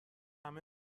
همه